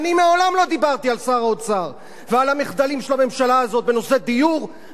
על שר האוצר ועל המחדלים של הממשלה הזאת בנושא דיור ובנושא רווחה.